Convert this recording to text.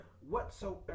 Whatsoever